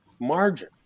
margin